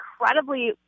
incredibly